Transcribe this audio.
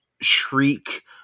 shriek